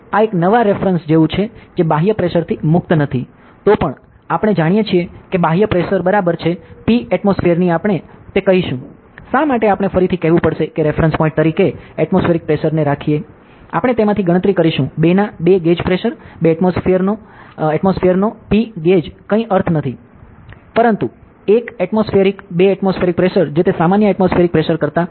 તેથી આ એક નવા રેફ્રન્સ જેવું છે જે બાહ્ય પ્રેશરથી મુક્ત નથી તો પણ આપણે જાણીએ છીએ કે બાહ્ય પ્રેશર બરાબર છે P એટમોસ્ફિઅરની આપણે તે કહીશું શા માટે આપણે ફરીથી કહેવું પડશે કે રેફ્રન્સ પોઇન્ટ તરીકે એટમોસ્ફિએરિક પ્રેશરને રાખીને આપણે તેમાંથી ગણતરી કરીશું 2 ના 2 ગેજ પ્રેશર 2 એટમોસ્ફિઅરનો P ગેજ કંઇ અર્થ નથી પરંતુ 1 એટમોસ્ફિએરિક 2 એટમોસ્ફિએરિક પ્રેશર જે તે સામાન્ય એટમોસ્ફિએરિક પ્રેશર કરતા વધારે છે